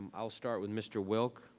i'll start with mr. wilk,